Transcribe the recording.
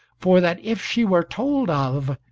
for that, if she were told of,